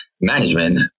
management